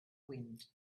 wind